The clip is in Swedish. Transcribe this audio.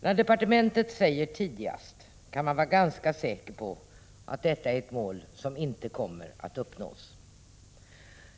När departementet säger tidigast, kan man vara ganska säker på att det är ett mål som inte kommer att uppnås.